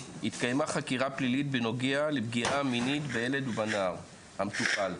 התקיימה חקירה פלילית בנוגע לפגיעה מינית בילד ובנער המטופל.